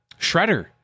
shredder